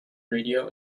radio